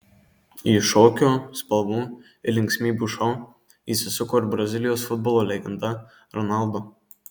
į šokio spalvų ir linksmybių šou įsisuko ir brazilijos futbolo legenda ronaldo